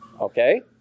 Okay